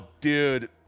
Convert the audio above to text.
dude